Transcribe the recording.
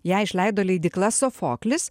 ją išleido leidykla sofoklis